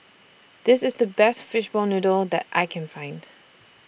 This IS The Best Fishball Noodle that I Can Find